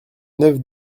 neuve